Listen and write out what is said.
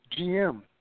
GM